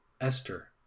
Esther